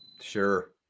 Sure